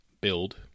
build